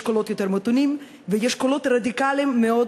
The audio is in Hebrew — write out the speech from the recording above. יש קולות יותר מתונים ויש קולות רדיקליים מאוד,